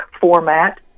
format